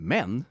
Men